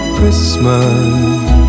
Christmas